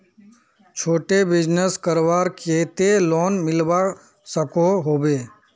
छोटो बिजनेस करवार केते लोन मिलवा सकोहो होबे?